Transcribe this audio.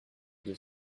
deux